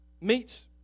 meets